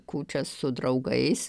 kūčias su draugais